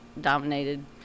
dominated